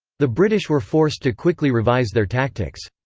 the british were forced to quickly revise their tactics.